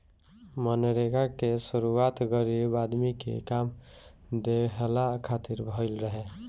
मनरेगा के शुरुआत गरीब आदमी के काम देहला खातिर भइल रहे